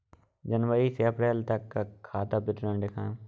जनवरी से अप्रैल तक का खाता विवरण दिखाए?